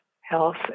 health